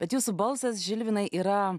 bet jūsų balsas žilvinai yra